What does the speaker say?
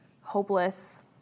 hopeless